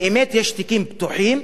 באמת יש תיקים פתוחים,